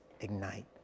ignite